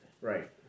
Right